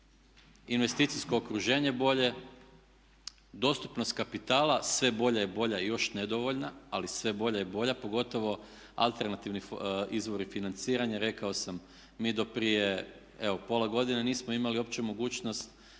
investicijsko okruženje bolje, dostupnost kapitala sve bolja i bolja i još nedovoljna, ali sve bolja i bolja pogotovo alternativni izvori financiranja. Rekao sam mi do prije evo pola godine nisam imali uopće mogućnost